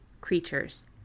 creatures